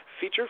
feature